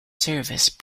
service